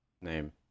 name